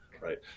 right